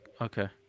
okay